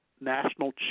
National